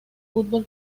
fútbol